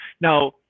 Now